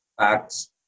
facts